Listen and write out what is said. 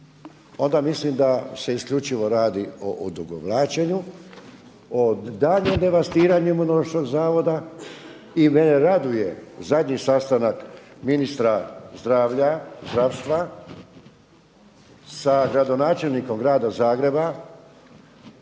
Onda mislim da se isključivo radi o odugovlačenju, o daljnjem devastiranju Imunološkog zavoda. I mene raduje zadnji sastanak ministra zdravlja, zdravstva sa gradonačelnikom grada Zagreba